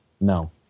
No